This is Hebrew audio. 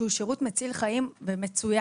שהוא שירות מציל חיים ומצוין.